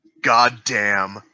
goddamn